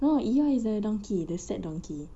no eeeyore is a donkey the sad donkey